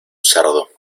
cerdo